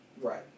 Right